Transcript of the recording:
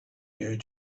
you